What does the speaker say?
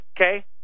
Okay